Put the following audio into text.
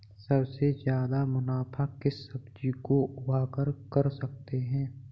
सबसे ज्यादा मुनाफा किस सब्जी को उगाकर कर सकते हैं?